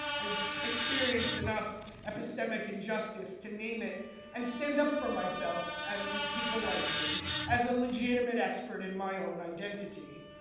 i've experienced enough epistemic injustice to name it and stand up for myself and people like me as a legitimate expert in my own identity.